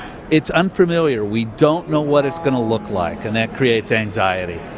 it's unfamiliar. we don't know what it's going to look like and that creates anxiety.